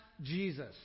Jesus